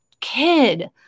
kid